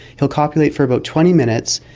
he'll copulate for about twenty minutes,